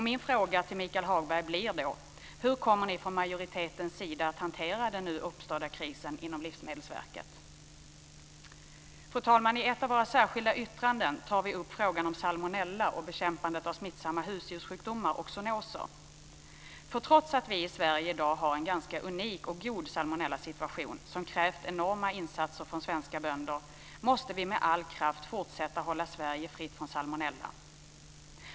Min fråga till Michael Hagberg blir: Hur kommer ni från majoritetens sida att hantera den nu uppstådda krisen inom Livsmedelsverket? Fru talman! I ett av våra särskilda yttranden tar vi upp frågan om salmonella och bekämpandet av smittsamma husdjurssjukdomar och zoonoser. Trots att vi i Sverige i dag har en ganska unik och god salmonellasituation, som har krävt enorma insatser från svenska bönder, så måste vi med all kraft fortsätta att hålla Sverige fritt från salmonella.